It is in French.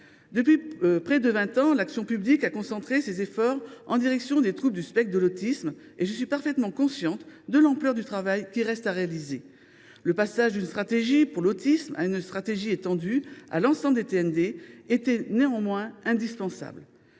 Depuis près de vingt ans, l’action publique a concentré ses efforts sur les troubles du spectre de l’autisme (TSA), et je suis parfaitement consciente de l’ampleur du travail qu’il reste à réaliser. Le passage d’une stratégie pour l’autisme à une stratégie étendue à l’ensemble des TND était néanmoins indispensable.